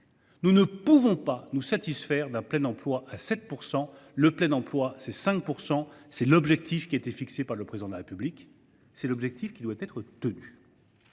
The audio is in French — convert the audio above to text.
Nous ne pouvons pas nous satisfaire d’un taux de chômage de 7 %. Le plein emploi, c’est 5 %! C’est l’objectif qui a été fixé par le Président de la République, c’est l’objectif qui doit être atteint.